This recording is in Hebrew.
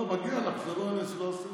לא, מגיע לך, זה לא אני, לא עשיתי לך טובה.